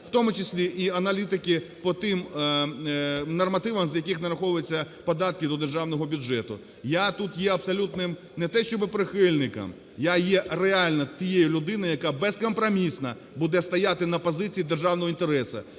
в тому числі і аналітики по тим нормативам, з яких нараховуються податки до державного бюджету. Я тут є абсолютним не те, щоби прихильником, я є реально тією людиною, яка безкомпромісно буде стояти на позиції державного інтересу.